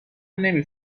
نمی